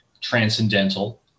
transcendental